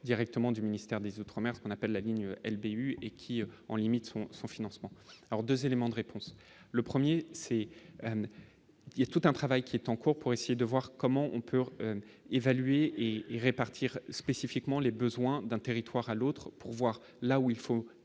directement du ministère des Outre-Mer ce qu'on appelle la ligne LB et qui en limite son son financement alors 2 éléments de réponse le 1er c'est qu'il y a tout un travail qui est en cours pour essayer de voir comment on peut évaluer et les répartir spécifiquement les besoins d'un territoire à l'autre pour voir là où il faut